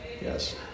yes